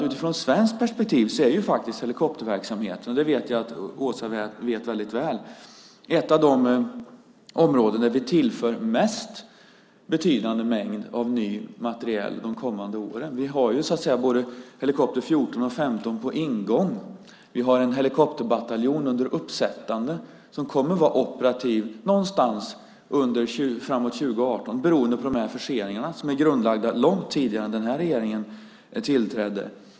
Utifrån svenskt perspektiv är faktiskt helikopterverksamheten, det vet jag att Åsa känner till mycket väl, ett av de områden där vi tillför den mest betydande mängden ny materiel de kommande åren. Vi har så att säga både helikopter 14 och 15 på ingång. Vi har en helikopterbataljon under uppsättande som kommer att vara operativ någon gång framåt 2018, beroende på de förseningar som är grundlagda långt tidigare än den här regeringen tillträdde.